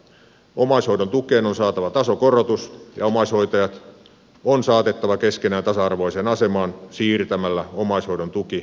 omaishoidon tukeen on saatava tasokorotus ja omaishoitajat on saatettava keskenään tasa arvoiseen asemaan siirtämällä omaishoidon tuki kelan kontolle